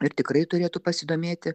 ir tikrai turėtų pasidomėti